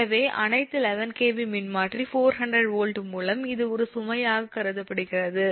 எனவே அனைத்து 11 𝑘𝑉 மின்மாற்றி 400 வோல்ட் மூலம் இது ஒரு சுமையாக கருதப்படுகிறது